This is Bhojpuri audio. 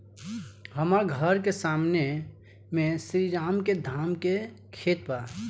हमर घर के सामने में श्री राम के धान के खेत बा